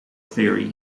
theory